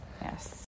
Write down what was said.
Yes